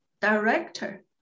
director